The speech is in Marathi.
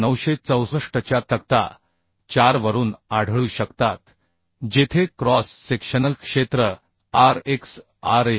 P 6 1964 च्या तक्ता 4 वरून आढळू शकतात जेथे क्रॉस सेक्शनल क्षेत्र R x R y